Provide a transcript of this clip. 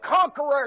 conquerors